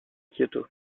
kyoto